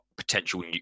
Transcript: Potential